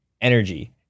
energy